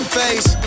face